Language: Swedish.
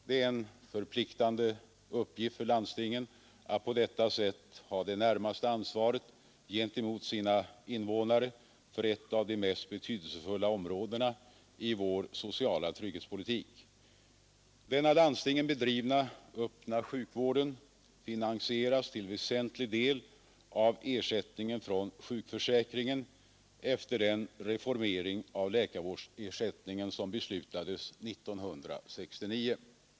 Det är en förpliktande uppgift för landstingen att på detta sätt ha det närmaste ansvaret gentemot sina invånare för ett av de mest betydelsefulla områdena i vår sociala trygghetspolitik. Den av landstingen bedrivna öppna sjukvården finansieras till väsentlig del av ersättningen från sjukförsäkringen efter den reformering av läkarvårdsersättningen som beslutades 1969.